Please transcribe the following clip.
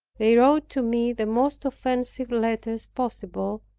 they wrote to me the most offensive letters possible,